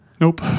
Nope